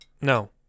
No